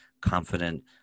confident